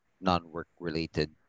non-work-related